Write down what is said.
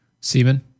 Seaman